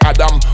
Adam